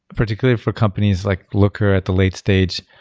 particularly for companies like looker at the late stage,